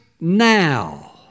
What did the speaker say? now